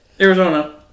Arizona